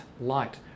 light